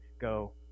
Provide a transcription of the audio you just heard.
go